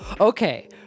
okay